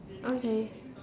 okay